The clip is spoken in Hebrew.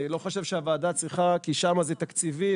אני לא חושב שהוועדה צריכה כי שם זה תקציבי,